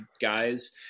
guys